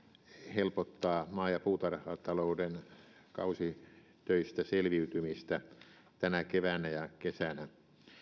helpottaa maa ja puutarhatalouden kausitöistä selviytymistä tänä keväänä ja kesänä